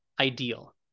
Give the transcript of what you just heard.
ideal